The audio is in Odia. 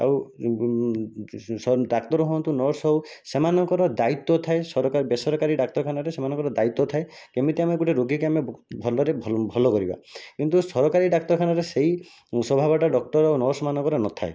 ଆଉ ଡାକ୍ତର ହଅନ୍ତୁ ନର୍ସ ହେଉ ସେମାନଙ୍କର ଦାୟୀତ୍ୱ ଥାଏ ସରକାର ବେସରକାରୀ ଡାକ୍ତରଖାନାରେ ସେମାନଙ୍କର ଦାୟୀତ୍ୱ ଥାଏ କେମିତି ଆମେ ଗୋଟିଏ ରୋଗୀକି ଆମେ ଭଲରେ ଭଲ ଭଲ କରିବା କିନ୍ତୁ ସରକାରୀ ଡାକ୍ତରଖାନାରେ ସେଇ ସ୍ଵଭାବଟା ଡକ୍ଟର ଆଉ ନର୍ସମାନଙ୍କର ନଥାଏ